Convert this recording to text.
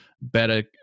better